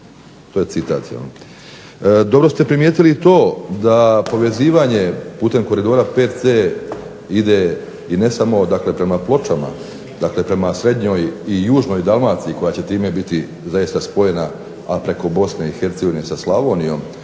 Dobro ste primijetili i to da povezivanje putem koridora VC ide i ne samo, dakle prema Pločama, dakle prema srednjoj i južnoj Dalmaciji koja će time biti zaista spojena a preko Bosne i Hercegovine sa Slavonijom,